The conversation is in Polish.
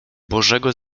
bożego